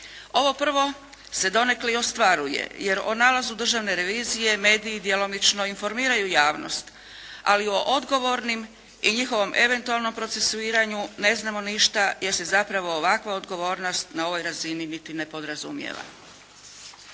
Ovo prvo se donekle i ostvaruje, jer o nalazu državne revizije mediji djelomično informiraju javnost. Ali o odgovornim i o njihovom eventualnom procesuiranju ne znamo ništa jer se zapravo ovakva odgovornost na ovoj razini niti ne podrazumijeva.